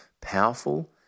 powerful